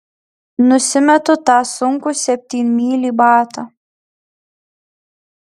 nusimetu tą sunkų septynmylį batą